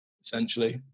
essentially